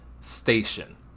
station